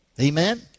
Amen